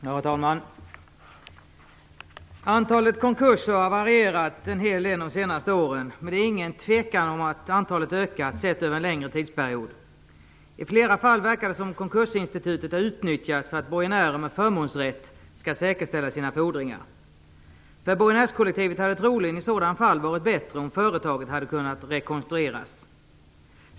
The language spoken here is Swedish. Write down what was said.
Herr talman! Antalet konkurser har varierat en hel del de senaste åren. Men det råder ingen tvekan om att antalet har ökat, sett över en längre tidsperiod. I flera fall verkar det som om konkursinstitutet har utnyttjas för att borgenärer med förmånsrätt skall kunna säkerställa sina fordringar. För borgenärskollektivet hade det troligen i sådana fall varit bättre om företaget hade kunnat rekonstrueras.